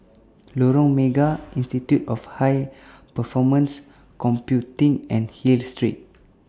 Lorong Mega Institute of High Performance Computing and Hill Street